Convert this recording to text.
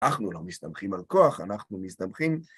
אנחנו לא מסתמכים על כוח, אנחנו מסתמכים...